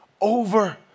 over